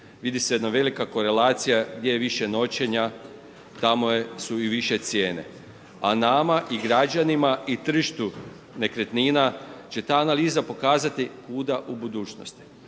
Vidi se jedna velika korelacija, gdje je više noćenja, tamo su i više cijene. A nama i građanima i tržištu, nekretnina će ta analiza pokazati kuda u budućnosti.